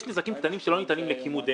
יש נזקים קטנים שלא ניתנים לכימות.